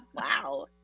wow